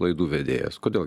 laidų vedėjas kodėl